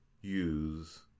use